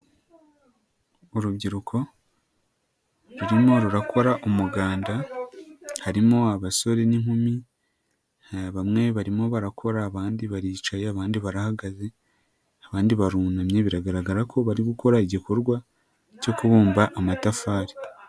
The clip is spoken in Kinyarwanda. Urubyiruko rurimo rurakora umuganda harimo abasore n'inkumi bamwe barimo barakora abandi baricaye abandi barahagaze abandi barunamye biragaragara ko bari gukora igikorwa cyo kubumba amatafari.